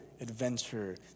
adventure